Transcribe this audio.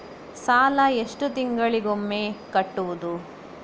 ಸಾಲ ಎಷ್ಟು ತಿಂಗಳಿಗೆ ಒಮ್ಮೆ ಕಟ್ಟುವುದು?